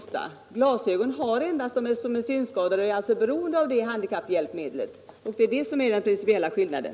Men glasögon har endast de som är synskadade och således är beroende av detta hjälpmedel. Det är den principiella skillnaden.